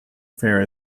fair